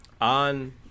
on